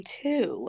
two